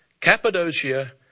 Cappadocia